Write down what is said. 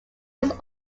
was